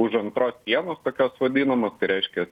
už antros sienos tokios vadinamos tai reiškia